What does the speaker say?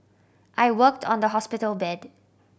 I worked on the hospital bed